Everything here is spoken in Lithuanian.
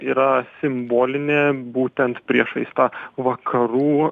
yra simbolinė būtent priešais tą vakarų